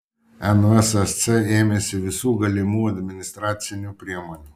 nvsc ėmėsi visų galimų administracinių priemonių